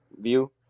view